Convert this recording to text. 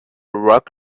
rock